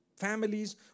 families